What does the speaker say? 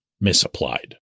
misapplied